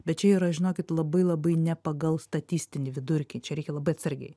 bet čia yra žinokit labai labai ne pagal statistinį vidurkį čia reikia labai atsargiai